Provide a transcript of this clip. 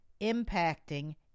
impacting